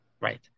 Right